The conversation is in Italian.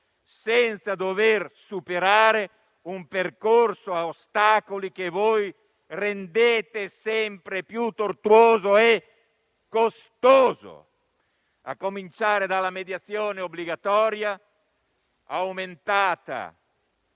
senza dover superare un percorso a ostacoli che voi rendete sempre più tortuoso e costoso. Ciò a cominciare dalla mediazione obbligatoria, aumentata